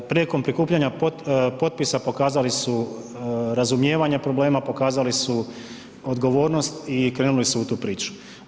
Prilikom prikupljanja potpisa pokazali su razumijevanje problema, pokazali su odgovornost i krenuli su u tu priču.